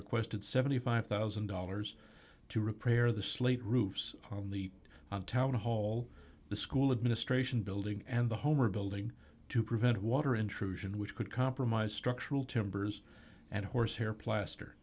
requested seventy five thousand dollars to repair the slate roofs on the town hall the school administration building and the home are building to prevent water intrusion which could compromise structural timbers and horsehair plaster